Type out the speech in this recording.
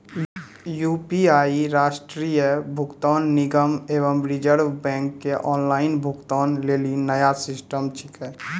UPI राष्ट्रीय भुगतान निगम एवं रिज़र्व बैंक के ऑनलाइन भुगतान लेली नया सिस्टम छिकै